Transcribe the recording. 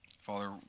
Father